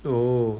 oh